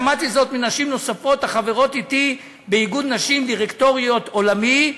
שמעתי זאת מנשים נוספות החברות אתי באיגוד נשים דירקטוריות עולמי,